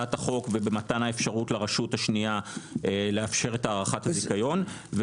בהצעת החוק ובמתן האפשרות לרשות השנייה לאפשר את הארכת הזיכיון.